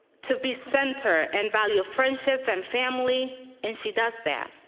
to be center and value friendship and family, and she does that.